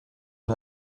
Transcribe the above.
und